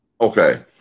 Okay